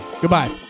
Goodbye